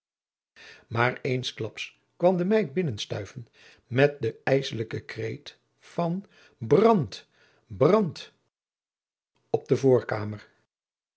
maar eensklaps kwam de meid binnen stuiven met den ijsselijken kreet van brand brand op de voorkamer